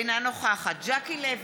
אינה נוכחת ז'קי לוי,